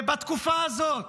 ובתקופה הזאת